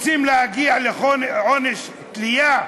רוצים להגיע לעונש תלייה?